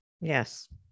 Yes